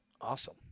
Awesome